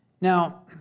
Now